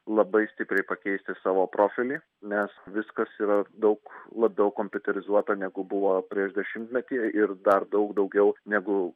labai stipriai pakeisti savo profilį nes viskas yra daug labiau kompiuterizuota negu buvo prieš dešimtmetį ir dar daug daugiau negu